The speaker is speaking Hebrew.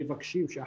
מגרשים,